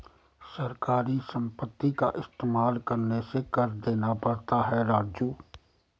सरकारी संपत्ति का इस्तेमाल करने से कर देना पड़ता है राजू